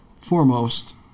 foremost